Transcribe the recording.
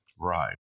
Right